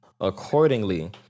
accordingly